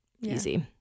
easy